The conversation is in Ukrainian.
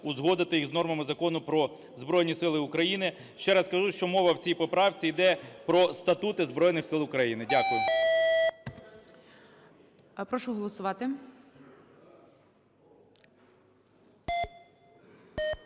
узгодити їх з нормами Закону "Про Збройні Сили України". Ще раз кажу, що мова в цій поправці іде про статути Збройних Сил України. Дякую.